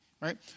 right